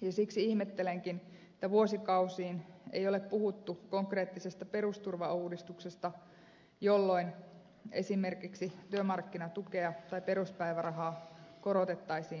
ja siksi ihmettelenkin että vuosikausiin ei ole puhuttu konkreettisesta perusturvauudistuksesta jolloin esimerkiksi työmarkkinatukea tai peruspäivärahaa korotettaisiin tuntuvasti